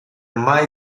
mai